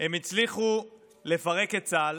הם הצליחו לפרק את צה"ל,